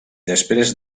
després